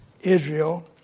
Israel